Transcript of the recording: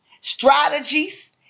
strategies